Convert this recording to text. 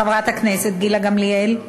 חברת הכנסת גילה גמליאל,